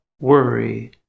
worry